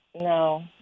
No